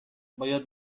باید